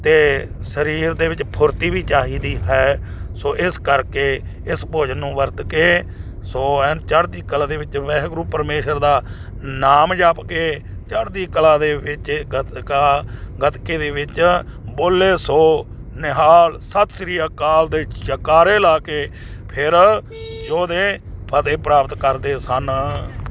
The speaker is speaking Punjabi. ਅਤੇ ਸਰੀਰ ਦੇ ਵਿੱਚ ਫੁਰਤੀ ਵੀ ਚਾਹੀਦੀ ਹੈ ਸੋ ਇਸ ਕਰਕੇ ਇਸ ਭੋਜਨ ਨੂੰ ਵਰਤ ਕੇ ਸੋ ਐਨੂ ਚੜ੍ਹਦੀ ਕਲਾ ਦੇ ਵਿੱਚ ਵਾਹਿਗੁਰੂ ਪਰਮੇਸ਼ਰ ਦਾ ਨਾਮ ਜਪ ਕੇ ਚੜ੍ਹਦੀ ਕਲਾ ਦੇ ਵਿੱਚ ਗੱਤਕਾ ਗੱਤਕੇ ਦੇ ਵਿੱਚ ਬੋਲੇ ਸੋ ਨਿਹਾਲ ਸਤਿ ਸ੍ਰੀ ਅਕਾਲ ਦੇ ਜੈਕਾਰੇ ਲਾ ਕੇ ਫਿਰ ਯੋਧੇ ਫਤਹਿ ਪ੍ਰਾਪਤ ਕਰਦੇ ਸਨ